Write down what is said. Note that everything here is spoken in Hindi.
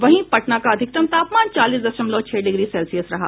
वहीं पटना का अधिकतम तापमान चालीस दशमलव छह डिग्री सेल्सियस रहा